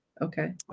Okay